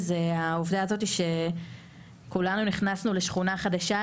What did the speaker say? זה העובדה הזאת שכולנו נכנסנו לשכונה חדשה,